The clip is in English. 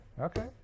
Okay